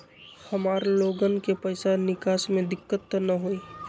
हमार लोगन के पैसा निकास में दिक्कत त न होई?